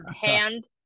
Hand